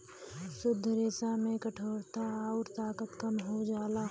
शुद्ध रेसा में कठोरता आउर ताकत कम हो जाला